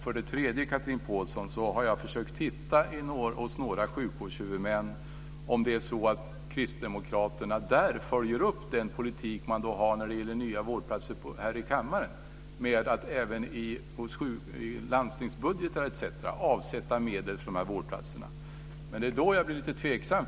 För det tredje, Chatrine Pålsson, har jag försökt titta efter hos några sjukvårdshuvudmän om kristdemokraterna där följer upp den politik man har när det gäller nya vårdplatser här i kammaren med att även i landstingsbudgetar etc. avsätta medel för dessa vårdplatser. Men det är då jag blir lite tveksam.